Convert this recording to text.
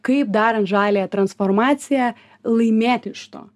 kaip darant žaliąją transformaciją laimėt iš to